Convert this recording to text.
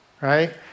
right